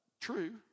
True